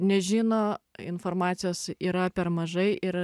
nežino informacijos yra per mažai ir